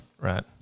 Right